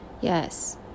yes